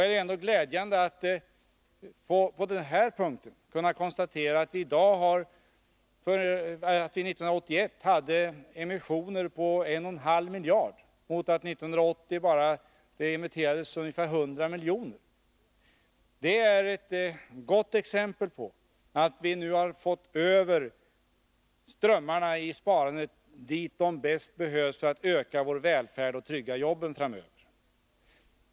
Det är glädjande att på den här punkten kunna konstatera att vi under 1981 hade emissioner på 1,5 miljarder kronor mot att det år 1980 bara emitterades 100 miljoner. Detta är ett gott exempel på att vi nu har lyckats föra över sparandeströmmarna dit där de bäst behövs för att öka vår välfärd och trygga jobben framöver.